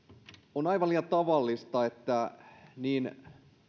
on aivan liian tavallista että niin